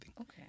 Okay